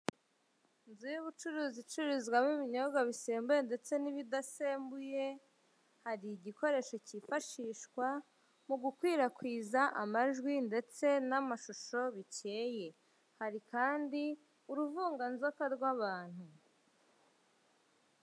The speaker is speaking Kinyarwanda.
Inzu y'ubucuruzi icururizwamo ibinyobwa bisembuye ndetse n'ibidasembuye, hari igikoresho kifashishwa mu gukwirakwiza amajwi ndetse n'amashusho, bikeye. Hari kandi, uruvunganzoka rw'abantu.